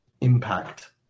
impact